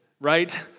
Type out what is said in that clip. right